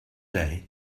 day